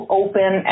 open